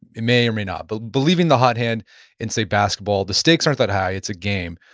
it may or may not, but believing the hot hand in, say, basketball, the stakes aren't that high, it's a game.